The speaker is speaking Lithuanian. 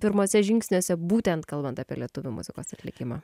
pirmuose žingsniuose būtent kalbant apie lietuvių muzikos atlikimą